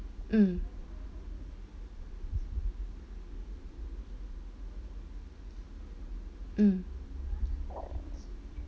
mm mm